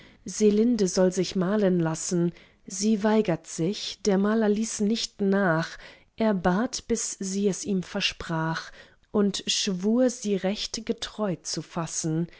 selinde soll sich malen lassen sie weigert sich der maler ließ nicht nach er bat bis sie es ihm versprach und schwur sie recht getreu zu fassen